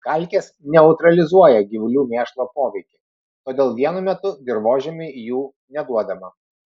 kalkės neutralizuoja gyvulių mėšlo poveikį todėl vienu metu dirvožemiui jų neduodama